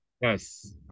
yes